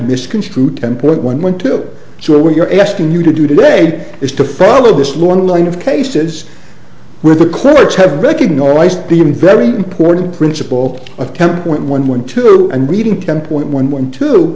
misconstrue ten point one one two so what you're asking you to do today is to follow this long line of cases where the clerks have recognized the very important principle of kempe point one one two and reading ten point one one t